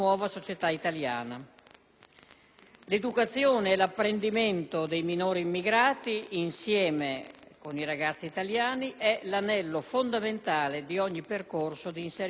L'educazione e l'apprendimento dei minori immigrati insieme con i ragazzi italiani è l'anello fondamentale di ogni percorso di inserimento sociale.